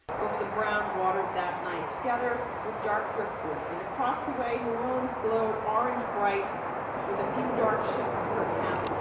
over the brown waters that night together with dark driftwoods and across the way new orleans glowed orange bright with a few dark ships at her hem,